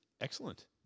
excellent